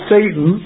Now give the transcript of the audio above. Satan